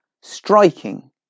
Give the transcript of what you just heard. striking